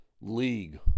league